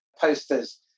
posters